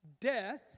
death